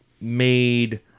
made